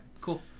cool